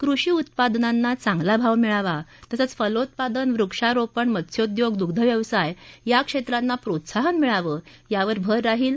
कृषी उत्पादनांना चांगला भाव मिळावा तसंच फलोत्पादन वृक्षारोपण मत्स्योद्योग दुग्धव्यवसाय या क्षेत्रांना प्रोत्साहन मिळावं यावर भर राहिल